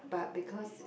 but because